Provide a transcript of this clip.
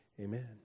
Amen